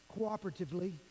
cooperatively